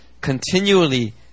continually